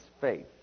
faith